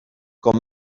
com